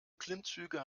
klimmzüge